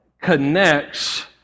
connects